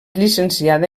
llicenciada